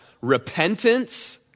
repentance